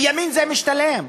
בימין זה משתלם.